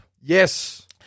Yes